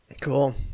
Cool